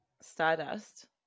Stardust